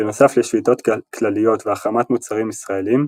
בנוסף לשביתות כלליות והחרמת מוצרים ישראלים,